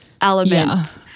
element